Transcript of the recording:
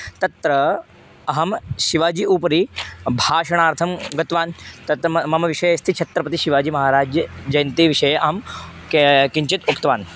तत्र अहं शिवाजि उपरि भाषणार्थं गतवान् तत् मम विषयः अस्ति छत्रपतिशिवाजिमहाराज् जयन्तिः विषये अहं किं किञ्चित् उक्तवान्